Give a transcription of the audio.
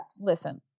Listen